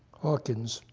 hawkins